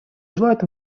желает